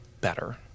better